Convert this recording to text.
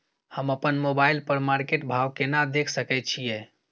हम अपन मोबाइल पर मार्केट भाव केना देख सकै छिये?